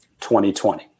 2020